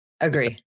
Agree